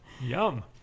Yum